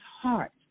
heart